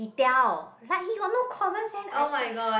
he tell like he got no common sense I swear